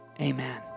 amen